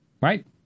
Right